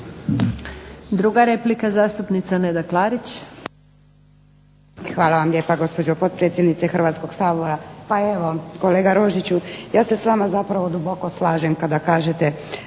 Druga replika zastupnica Neda Klarić.